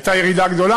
הייתה ירידה גדולה.